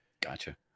Gotcha